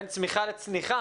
בין צמיחה לצניחה